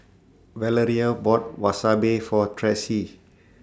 Valeria bought Wasabi For Tressie